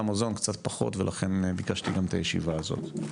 קצת פחות ולכן ביקשתי גם את הישיבה הזאת.